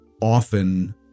often